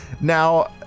now